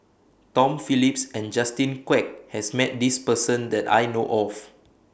Tom Phillips and Justin Quek has Met This Person that I know of